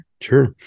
Sure